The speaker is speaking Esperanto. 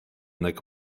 nek